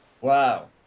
Wow